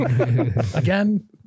Again